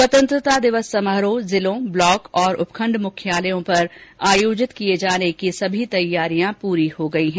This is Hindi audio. स्वतंत्रता दिवस समारोह जिलों ब्लॉक और उपखंड मुख्यालयों पर आयोजित किये जाने की सभी तैयारियों हो गई है